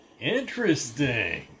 interesting